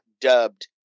dubbed